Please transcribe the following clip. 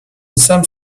some